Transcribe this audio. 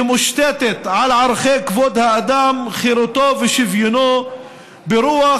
שמושתת על ערכי כבוד האדם, חירותו ושוויונו ברוח